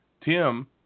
Tim